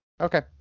Okay